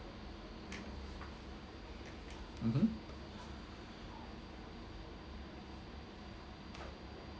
mmhmm